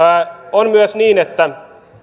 on myös niin että